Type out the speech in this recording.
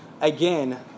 Again